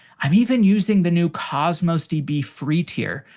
i'm even using the new cosmos db free tier,